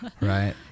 Right